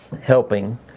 helping